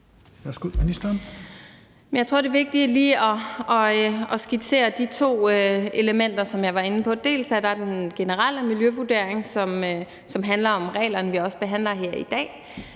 Jeg tror, det er vigtigt lige at skitsere de to elementer, som jeg var inde på. Dels er der den generelle miljøvurdering, som handler om de regler, vi også behandler her i dag.